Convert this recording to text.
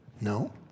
No